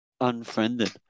unfriended